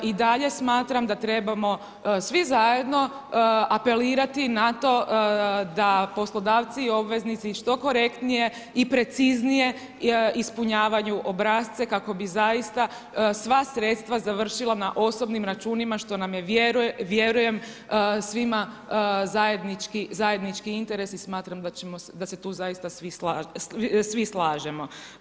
I dalje smatram da trebamo svi zajedno apelirati na to da poslodavci i obveznici što korektnije i preciznije ispunjavaju obrasce kako bi sva sredstva završila na osobnim računima, što nam je vjerujem svima zajednički interes i smatram da se tu zaista svi slažemo.